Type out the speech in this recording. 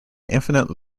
infinite